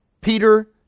Peter